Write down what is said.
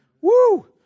woo